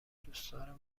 دوستدار